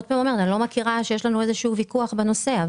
לא מכירה שיש לנו איזה שהוא ויכוח בנושא.